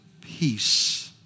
peace